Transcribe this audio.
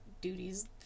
duties